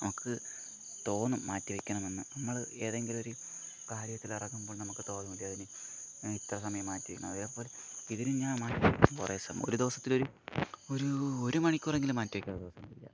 നമുക്ക് തോന്നും മാറ്റിവെക്കണമെന്ന് നമ്മള് ഏതെങ്കിലും ഒരു കാര്യത്തിൽ ഇറങ്ങുമ്പോൾ നമുക്ക് തോന്നൂലെ അതിന് ഇത്ര സമയം മാറ്റിവെക്കണം അതേപോലെ ഇതിന് ഞാ മാറ്റി വെക്കും കുറെ സമയം ഒരു ദിവസത്തിലൊരു ഒരു ഒരുമണിക്കൂറെങ്കിലും മാറ്റിവെക്കും ഒരുദിവസം ഇതിന്